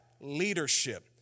leadership